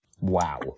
Wow